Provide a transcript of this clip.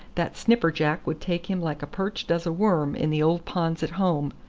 that snipperjack would take him like a perch does a worm in the old ponds at home.